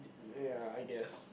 ya I guess